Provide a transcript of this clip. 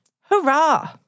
Hurrah